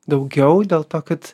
daugiau dėl to kad